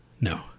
No